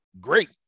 great